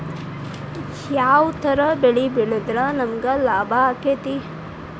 ಯಾವ ತರ ಬೆಳಿ ಬೆಳೆದ್ರ ನಮ್ಗ ಲಾಭ ಆಕ್ಕೆತಿ?